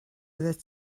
oeddet